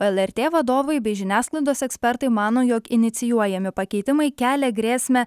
lrt vadovai bei žiniasklaidos ekspertai mano jog inicijuojami pakeitimai kelia grėsmę